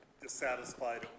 dissatisfied